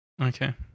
Okay